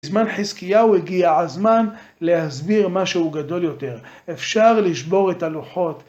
בזמן חזקיהו הגיע הזמן להסביר משהו גדול יותר. אפשר לשבור את הלוחות.